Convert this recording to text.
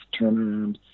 turnaround